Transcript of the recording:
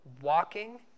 walking